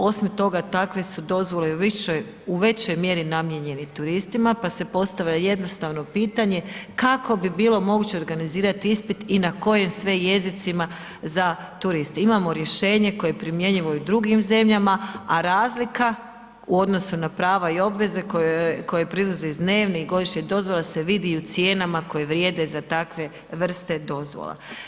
Osim toga, takve su dozvole većoj mjeri namijenjeni turistima pao se postavlja jednostavno pitanje, kako bi bilo moguće organizirati ispit i na kojim sve jezicima uza turiste, imamo rješenje koje je primjenjivo i u drugim zemljama a razlika u odnosu na prava i obveze koje proizlaze iz dnevne i godišnje dozvole se vidi i u cijenama koje vrijede za takve vrste dozvola.